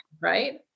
Right